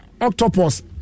octopus